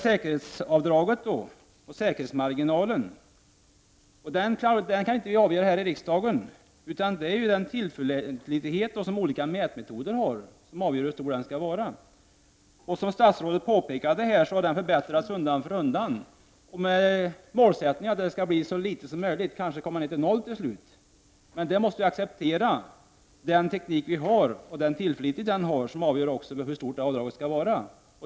Säkerhetsavdraget och säkerhetsmarginalen kan inte vi i riksdagen avgöra. Tillförlitligheten hos olika mätmetoder avgör hur stor den är. Som också statsrådet Laila Freivalds påpekade har denna tillförlitlighet förbättrats undan för undan. Målsättningen är att säkerhetsgränsen skall bli så låg som möjligt och kanske till slut komma ned till 0,0 Zoo. Men vi måste acceptera den nuvarande tekniken och dess tillförlitlighet när det gäller att bestämma hur stort säkerhetsavdraget skall vara.